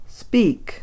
speak